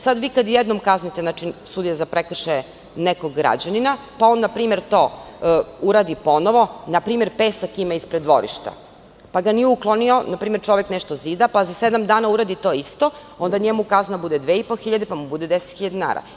Sada vi kada jednom kaznite, znači sudija za prekršaje, nekog građanina, pa on na primer to uradi ponovo, na primer pesak ima ispred dvorišta, pa ga nije ukloni, čovek nešto zida, pa za sedam dana uradi to isto, onda njemu kazna bude 2.500, pa mu bude 10.000 dinara.